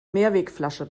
mehrwegflasche